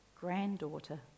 granddaughter